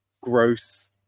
gross